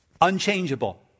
unchangeable